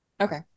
Okay